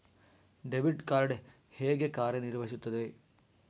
Debit card ಹೇಗೆ ಕಾರ್ಯನಿರ್ವಹಿಸುತ್ತದೆ?